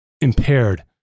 impaired